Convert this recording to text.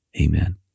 Amen